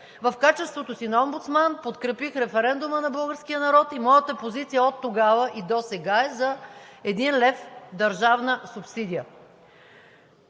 В качеството си на омбудсман подкрепих референдума на българския народ и моята позиция оттогава и досега е за един лев държавна субсидия.